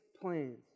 plans